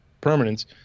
permanence